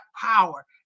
power